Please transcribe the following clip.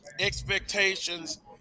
expectations